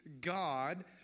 God